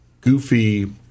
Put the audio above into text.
goofy